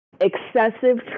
excessive